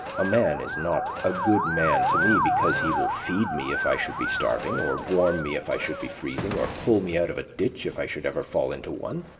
a man is not a good man to me because he will feed me if i should be starving, or warm me if i should be freezing, or pull me out of a ditch if i should ever fall into one.